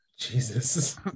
Jesus